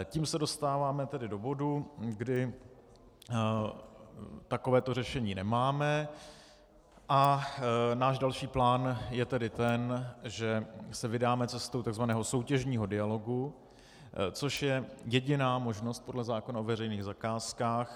Tím se dostáváme tedy do bodu, kdy takovéto řešení nemáme a náš další plán je tedy ten, že se vydáme cestou takzvaného soutěžního dialogu, což je jediná možnost podle zákona o veřejných zakázkách.